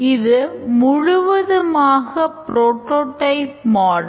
இது முழுவதுமாக prototype model